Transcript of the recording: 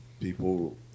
people